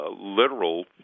literal